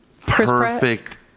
perfect